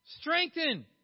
Strengthen